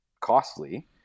costly